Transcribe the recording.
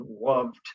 loved